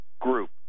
group